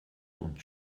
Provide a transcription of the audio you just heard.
und